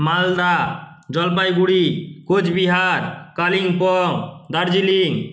Malda Jalpaiguri Cooch Behar Kalimpong Darjeeling